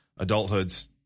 adulthoods